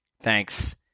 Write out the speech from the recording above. thanks